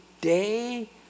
day